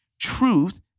truth